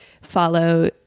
follow